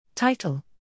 Title